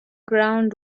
ground